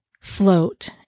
float